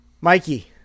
Mikey